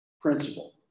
principle